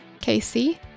Casey